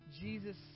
Jesus